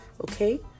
okay